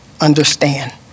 understand